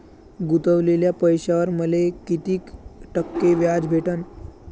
गुतवलेल्या पैशावर मले कितीक टक्के व्याज भेटन?